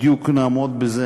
שנעמוד בזה.